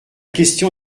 question